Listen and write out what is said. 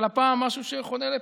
אבל הפעם יש משהו שחונה לפתחך.